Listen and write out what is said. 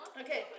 Okay